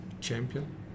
champion